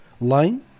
line